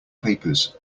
papers